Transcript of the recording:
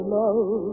love